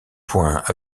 point